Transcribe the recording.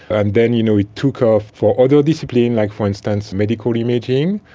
and then you know it took off for other disciplines like, for instance, medical imaging,